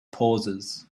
pauses